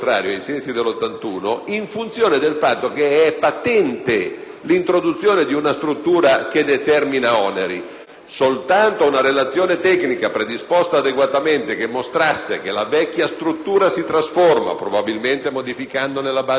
Soltanto una relazione tecnica predisposta adeguatamente, che mostrasse che la vecchia struttura si trasforma (probabilmente modificandone la base legislativa o almeno regolamentare) in funzione del conferimento delle risorse che oggi finanziano la vecchia per finanziare la nuova